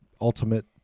ultimate